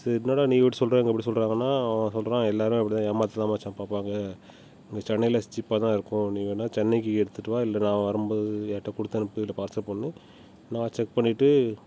சரி என்னடா நீ இப்படி சொல்லுற இவங்க இப்படி சொல்லுறாங்கன்னா அவன் சொல்லுறான் எல்லாருமே அப்படிதான் ஏமாத்த தான் மச்சான் பார்ப்பாங்க இங்கே சென்னையில சீப்பாகதான் இருக்கும் நீ வேண்ணா சென்னைக்கு எடுத்துகிட்டு வா இல்லை நான் வரும்போது யார்கிட்டயாது கொடுத்தனுப்பி இல்லை பார்சல் பண்ணு நான் செக் பண்ணிவிட்டு